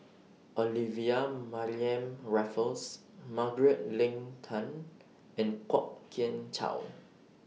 Olivia Mariamne Raffles Margaret Leng Tan and Kwok Kian Chow